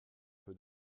peu